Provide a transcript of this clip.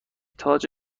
تاج